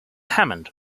hammond